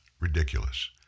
ridiculous